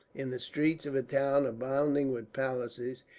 in the streets of a town abounding with palaces,